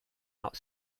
out